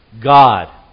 God